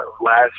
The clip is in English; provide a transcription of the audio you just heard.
last